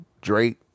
Drake